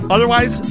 Otherwise